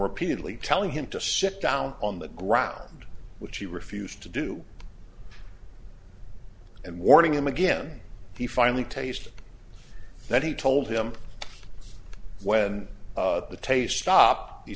repeatedly telling him to sit down on the ground which he refused to do and warning him again he finally taste that he told him when the taste stop